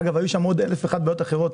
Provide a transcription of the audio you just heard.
אגב, היו שם עוד 1,001 בעיות אחרות.